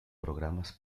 programas